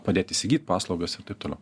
padėt įsigyt paslaugas ir taip toliau